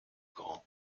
grand